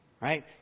Right